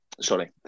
Sorry